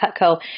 Cutco